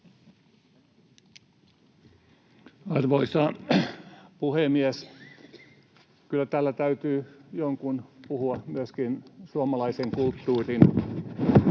Arvoisa puhemies! Kyllä täällä täytyy jonkun puhua myöskin suomalaisen kulttuurin